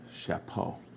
chapeau